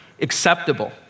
acceptable